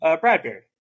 Bradbury